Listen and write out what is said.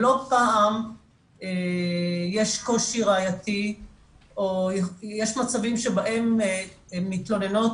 ולא פעם יש קושי ראייתי או יש מצבים שבהם מתלוננות